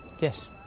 Yes